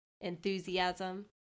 enthusiasm